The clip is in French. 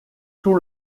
tout